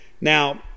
Now